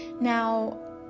Now